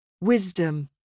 wisdom